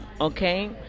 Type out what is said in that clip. okay